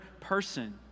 person